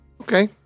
Okay